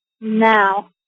now